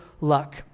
luck